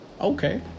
okay